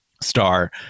star